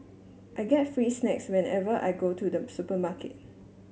I get free snacks whenever I go to the supermarket